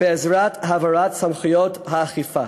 בעזרת העברת סמכויות האכיפה.